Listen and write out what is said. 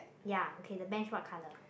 ya okay the bench what color